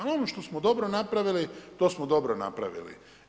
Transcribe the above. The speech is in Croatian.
Ali ono što smo dobro napravili to smo dobro napravili.